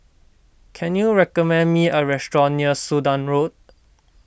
can you recommend me a restaurant near Sudan Road